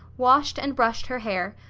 washed and brushed her hair,